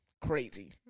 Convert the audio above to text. Crazy